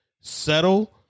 settle